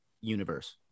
universe